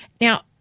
Now